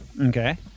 Okay